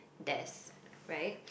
death right